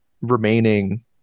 remaining